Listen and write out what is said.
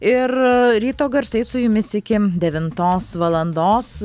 ir ryto garsai su jumis iki devintos valandos